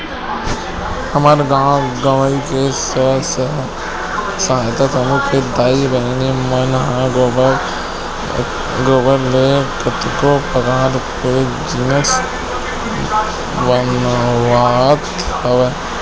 हमर गाँव गंवई के स्व सहायता समूह के दाई बहिनी मन ह गोबर ले कतको परकार के जिनिस बनावत हवय